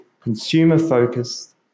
consumer-focused